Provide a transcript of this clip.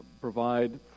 provide